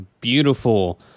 beautiful